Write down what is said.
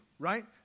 right